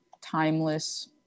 timeless